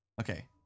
Okay